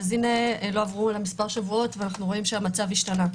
לא עברו אלא מספר שבועות והמצב השתנה.